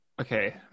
Okay